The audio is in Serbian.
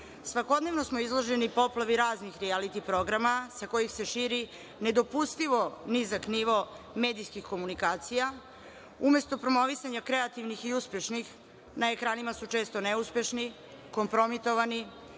Svakodnevno smo izloženi poplavi raznih rijaliti programa sa kojih se širi nedopustivo nizak nivo medijskih komunikacija. Umesto promovisanja kreativnih i uspešnih, na ekranima su često neuspešni, kompromitovani,